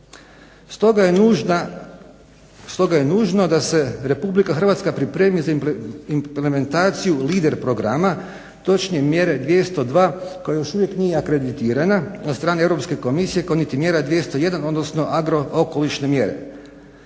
Stoga je nužno da se Republika Hrvatska pripremi za implementaciju lider programa, točnije mjere 202 koja još uvijek nije akreditirana od strane Europske komisije kao niti mjera 201, odnosno agrookolišne mjere.